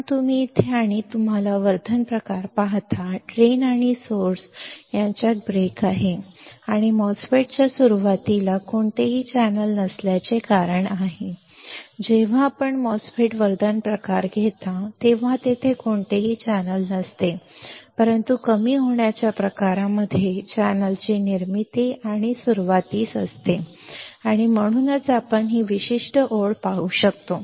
पण तुम्ही इथे आणि तुम्हाला वर्धन प्रकार पाहता ड्रेन आणि स्त्रोत यांच्यात ब्रेक आहे आणि MOSFET च्या सुरुवातीला कोणतेही चॅनेल नसल्याचे कारण आहे जेव्हा आपण एमओएसएफईटी वर्धन प्रकार घेता तेव्हा तेथे कोणतेही चॅनेल नसते परंतु कमी होण्याच्या प्रकारामध्ये चॅनेलची निर्मिती आणि सुरूवातीस असते आणि म्हणूनच आपण ही विशिष्ट ओळ पाहू शकतो